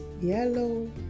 yellow